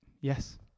Yes